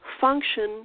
function